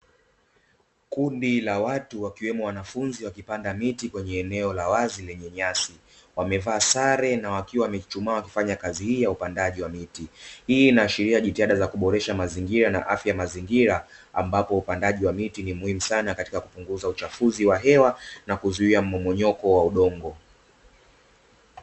Kundi la watu wakiwemo wanafunzi wakipanda miti kwenye eneo la wazi lenye nyasi, wamevaa sare na wakiwa wamechuchumaa wakifanya kazi hii ya upandaji wa miti. Hii inaashiria jitihada za kuboresha mazingira na afya mazingira, ambapo upandaji wa miti ni muhimu sana katika kupunguza uchafuzi wa hewa na kuzuia mmomonyoko wa udongo.